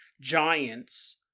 giants